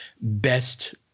best